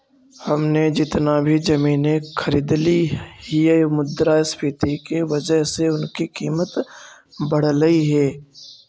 हमने जितना भी जमीनें खरीदली हियै मुद्रास्फीति की वजह से उनकी कीमत बढ़लई हे